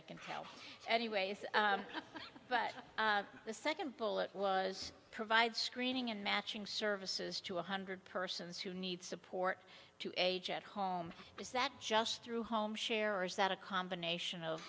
i can help anyways but the second bullet was provide screening and matching services to one hundred persons who need support to age at home is that just through home share or is that a combination of